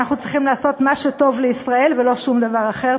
אנחנו צריכים לעשות מה שטוב לישראל ולא שום דבר אחר.